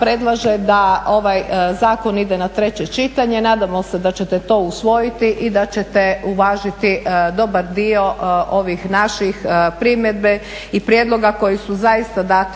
predlaže da ovaj zakon ide na treće čitanje. Nadamo se da ćete to usvojiti i da ćete uvažiti dobar dio ovih naših primjedbi i prijedloga koji su zaista dati